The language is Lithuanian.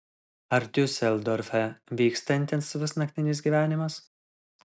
ar diuseldorfe vyksta intensyvus naktinis gyvenimas